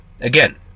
Again